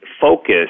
focus